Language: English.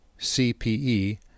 CPE